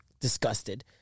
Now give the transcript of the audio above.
disgusted